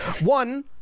One